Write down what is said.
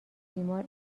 بیمار